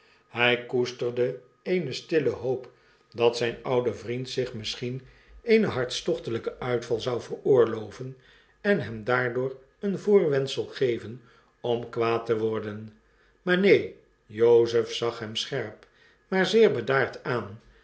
hj koesterde eene stille hoop dat zjjnoude vriend zich misschien eenen hartstochtelgken uitval zou veroorloven en hem daardoor een voorwendsel geven om kwaad te worden maar neen jozef zag hem scherp maar zeer bedaard aan